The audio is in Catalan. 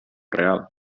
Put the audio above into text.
real